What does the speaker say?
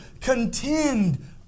Contend